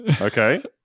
Okay